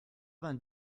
vingt